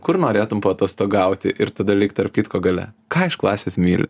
kur norėtum paatostogauti ir tada lyg tarp kitko gale ką iš klasės myli